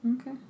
Okay